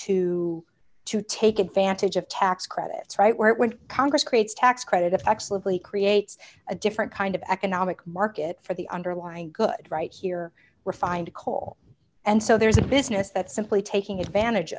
to to take advantage of tax credits right where it went congress creates tax credit absolutely creates a different kind of economic market for the underlying good right here refined coal and so there's a business that's simply taking advantage